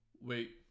Wait